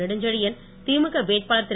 நெடுஞ்செழியின் திமுக வேட்பாளர் திரு